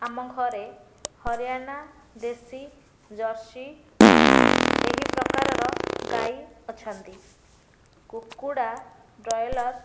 ଆମ ଘରେ ହରିୟାଣା ଦେଶୀ ଜର୍ସି ଏହିପ୍ରକାରର ଗାଈ ଅଛନ୍ତି କୁକୁଡ଼ା ବ୍ରଏଲର